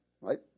Right